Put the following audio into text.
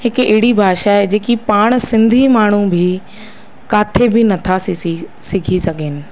हिकु अहिड़ी भाषा आहे जेकी पाण सिंधी माण्हू बि काथे बि नथा सि सि सिखी सघनि